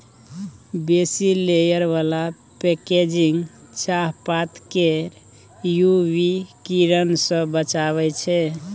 बेसी लेयर बला पैकेजिंग चाहपात केँ यु वी किरण सँ बचाबै छै